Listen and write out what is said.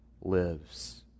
lives